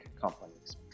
companies